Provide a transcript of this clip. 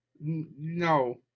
No